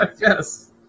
yes